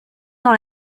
dans